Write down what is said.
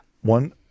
One